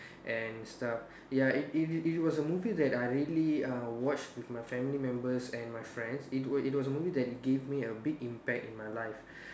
and stuff ya it it it was a movie that I really uh watch with my family members and my friends it was it was really a movie that gave a big impact in my life